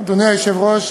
אדוני היושב-ראש,